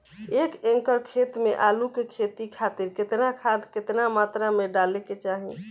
एक एकड़ खेत मे आलू के खेती खातिर केतना खाद केतना मात्रा मे डाले के चाही?